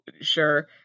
sure